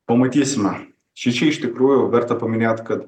pamatysime šičia iš tikrųjų verta paminėt kad